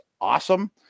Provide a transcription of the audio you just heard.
awesome